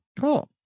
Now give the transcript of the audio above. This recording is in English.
Cool